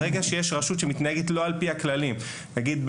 ברגע שיש רשות שלא מתנהגת על פי הכללים נגיד,